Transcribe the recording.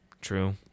True